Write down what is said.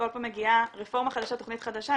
כל פעם מגיעה רפורמה חדשה ותכנית חדשה,